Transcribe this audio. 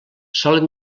solen